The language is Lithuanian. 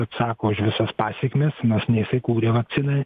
atsako už visas pasekmes nors ne jisai kūrė vakciną